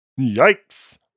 Yikes